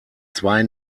zwei